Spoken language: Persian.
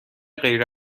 غیر